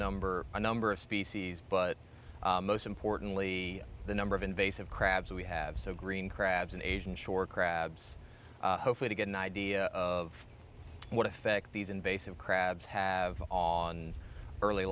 number or number of species but most importantly the number of invasive crabs we have so green crabs and asian shore crabs hopefully to get an idea of what effect these invasive crabs have on early